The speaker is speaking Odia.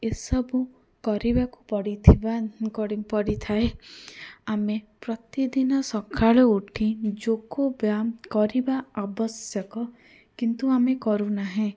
ଏ ସବୁ କରିବାକୁ ପଡ଼ିଥିବା ପଡ଼ିଥାଏ ଆମେ ପ୍ରତିଦିନ ସକାଳୁ ଉଠି ଯୋଗ ବ୍ୟାୟାମ କରିବା ଆବଶ୍ୟକ କିନ୍ତୁ ଆମେ କରୁନାହେଁ